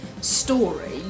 story